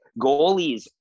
Goalies